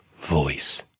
voice